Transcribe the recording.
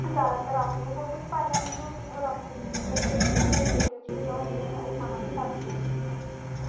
ते जादैतर अपने स्टेटस पाई लैन्नी होन्नी ते अपने बिज़नेस दे रिलेटेड कोई चीज़ां होंदियां ओह् पाना पसंद करनी होन्नी